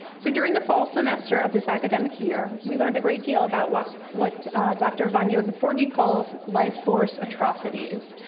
so during the fall semester of this academic year, we learned a great deal about what what dr. von joeden-forgey calls life force atrocities,